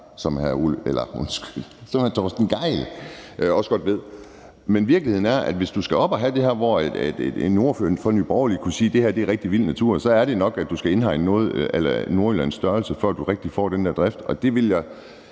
som hr. Torsten Gejl også godt ved. Men virkeligheden er, at hvis du skal have det derop, hvor en ordfører fra Nye Borgerlige kan sige, at det her er rigtig vild natur, så skal du nok indhegne noget på Nordjyllands størrelse, før du rigtig får den der drift. Jeg vil da